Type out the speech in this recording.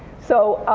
so,